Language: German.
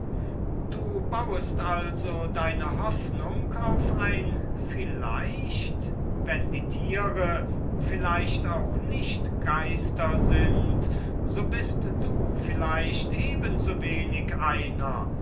du bauest also deine hoffnung auf ein vielleicht wenn die tiere vielleicht auch nicht geister sind so bist du vielleicht eben so wenig einer